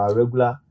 regular